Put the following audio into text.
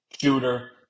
shooter